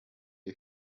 the